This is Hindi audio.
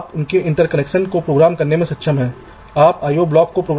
तो बस मूल विचार मैंने आपको बताया